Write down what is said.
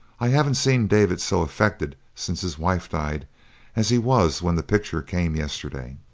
i haven't seen david so affected since his wife died as he was when that picture came yesterday.